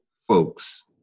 folks